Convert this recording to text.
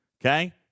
okay